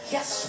Yes